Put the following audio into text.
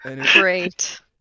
Great